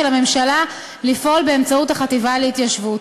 הממשלה לפעול באמצעות החטיבה להתיישבות.